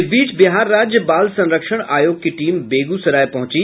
इस बीच बिहार राज्य बाल संरक्षण आयोग की टीम बेगूसराय पहुंची